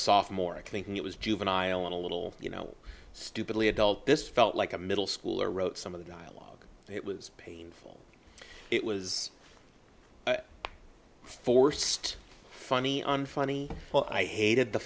soft more i think it was juvenile and a little you know stupidly adult this felt like a middle schooler wrote some of the dialogue and it was painful it was forced funny on funny well i hated the